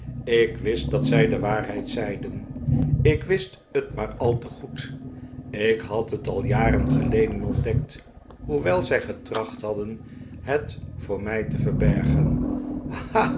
ik wist dat zij de waarheid zeiden ik wist het maar al te goed ik had het al jaren geleden ontdekt hoewel zij getracht hadden het voor mij te verbergen